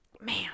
man